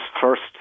first